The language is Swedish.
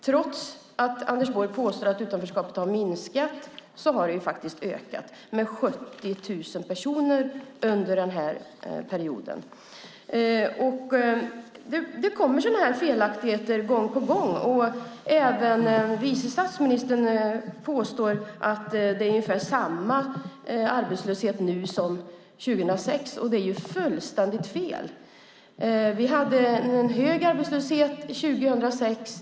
Trots att Anders Borg påstår att utanförskapet har minskat har det faktiskt ökat med 70 000 personer under den här perioden. Det kommer sådana här felaktigheter gång på gång. Även vice statsministern påstår att det är ungefär samma arbetslöshet nu som 2006, och det är fullständigt fel. Vi hade en hög arbetslöshet 2006.